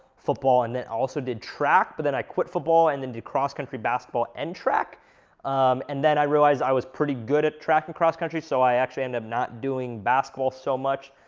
football, and then also did track but then i quit football and then did cross country, basketball, and track um and then i realized i was pretty good at track and cross country so i actually ended up not doing basketball so much